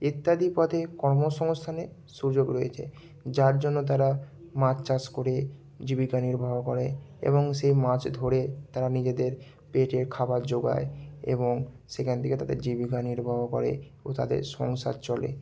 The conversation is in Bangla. ইত্যাদি পথে কর্মসংস্থানে সুযোগ রয়েছে যার জন্য তারা মাছ চাষ করে জীবিকা নির্বাহ করে এবং সে মাছ ধরে তারা নিজেদের পেটের খাবার যোগায় এবং সেখান থেকে তাদের জীবিকা নির্বাহ করে ও তাদের সংসার চলে